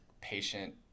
patient